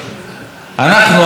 אנחנו,